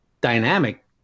dynamic